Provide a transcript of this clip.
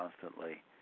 constantly